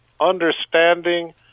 understanding